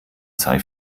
sei